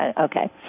Okay